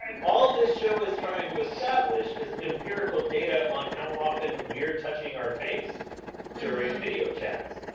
like all this show is trying to establish is empirical data on how often we're touching our face during video chats.